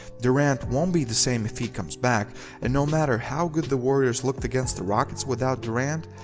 durant won't be the same if he comes back and no matter how good the warriors looked against the rockets without durant,